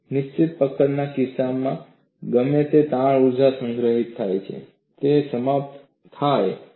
નિશ્ચિત પકડના કિસ્સામાં ગમે તે તાણ ઊર્જા સંગ્રહિત થાય છે તે સમાપ્ત થાય છે